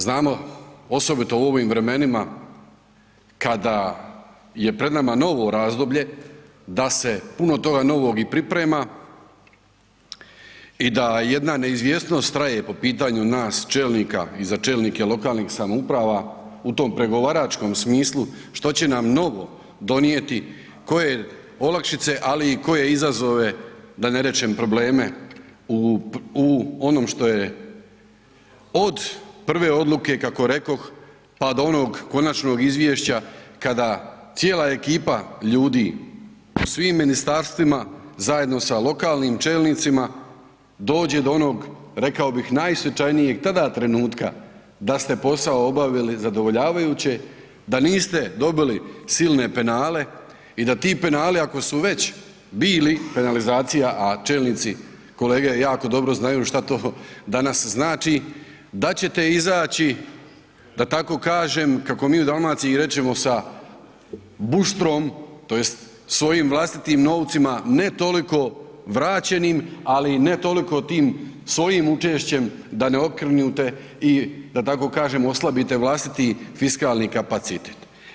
Znamo, osobito u ovim vremenima kada je pred nama novo razdoblje da se puno toga novog i priprema i da jedna neizvjesnost traje po pitanju nas čelnika i za čelnike lokalnih samouprava u tom pregovaračkom smislu što će nam novo donijeti, koje olakšice, ali i koje izazove, da ne rečem probleme u onom što je od prve odluke, kako rekoh, pa do onog konačnog izvješća kada cijela ekipa ljudi u svim ministarstvima, zajedno sa lokalnim čelnicima, dođe do onog, rekao bih, najsvečanijeg tada trenutka da ste posao obavili zadovoljavajuće, da niste dobili silne penale i da ti penali, ako su već bili, penalizacija, a čelnici, kolege jako dobro znaju što to danas znači, da ćete izaći, da tako kažem, kako mi u Dalmaciji rečemo, sa buštrom, tj. svojim vlastitim novcima, ne toliko vraćenim, ali ne toliko tim svojim učešćem da ne okrnjite i da tako kažem oslabite vlastiti fiskalni kapacitet.